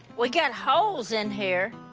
we got holes in here.